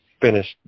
finished